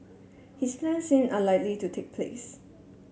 his plans seem unlikely to take place